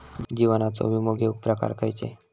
जीवनाचो विमो घेऊक प्रकार खैचे?